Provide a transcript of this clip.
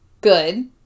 Good